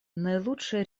наилучшие